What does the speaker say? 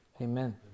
Amen